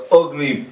ugly